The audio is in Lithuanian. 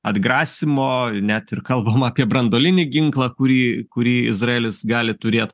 atgrasymo net ir kalbama apie branduolinį ginklą kurį kurį izraelis gali turėt